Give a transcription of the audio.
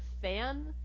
fan